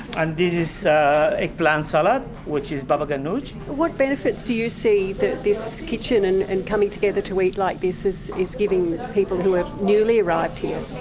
and this is so is salad, which is baba ghanoush. what benefits do you see that this kitchen and and coming together to eat like this this is giving people who have newly arrived here?